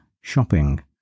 shopping